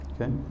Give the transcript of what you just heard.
okay